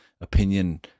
opinion